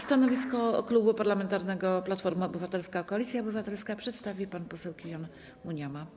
Stanowisko Klubu Parlamentarnego Platforma Obywatelska - Koalicja Obywatelska przedstawi pan poseł Killion Munyama.